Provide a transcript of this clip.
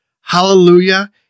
Hallelujah